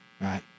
right